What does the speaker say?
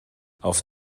auf